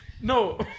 no